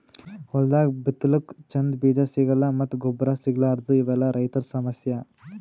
ಹೊಲ್ದಾಗ ಬಿತ್ತಲಕ್ಕ್ ಚಂದ್ ಬೀಜಾ ಸಿಗಲ್ಲ್ ಮತ್ತ್ ಗೊಬ್ಬರ್ ಸಿಗಲಾರದೂ ಇವೆಲ್ಲಾ ರೈತರ್ ಸಮಸ್ಯಾ